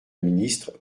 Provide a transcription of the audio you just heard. ministre